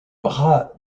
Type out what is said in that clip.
bras